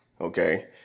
Okay